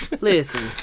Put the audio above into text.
Listen